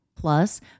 Plus